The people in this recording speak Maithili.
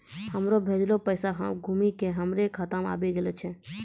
हमरो भेजलो पैसा घुमि के हमरे खाता मे आबि गेलो छै